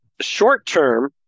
Short-term